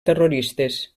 terroristes